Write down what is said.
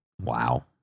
Wow